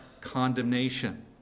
condemnation